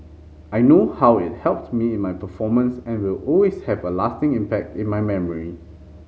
I know how it helped me in my performance and will always have a lasting impact in my memory